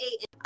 eight